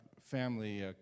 family